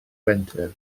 fenter